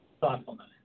thoughtfulness